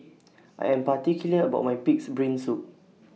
I Am particular about My Pig'S Brain Soup